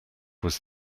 was